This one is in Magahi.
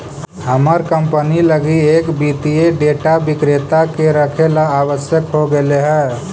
हमर कंपनी लगी एक वित्तीय डेटा विक्रेता के रखेला आवश्यक हो गेले हइ